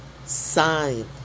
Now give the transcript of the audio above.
Sign